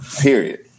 period